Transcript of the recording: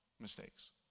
mistakes